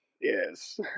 Yes